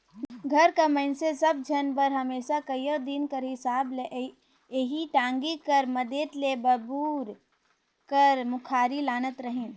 घर कर मइनसे सब झन बर हमेसा कइयो दिन कर हिसाब ले एही टागी कर मदेत ले बबूर कर मुखारी लानत रहिन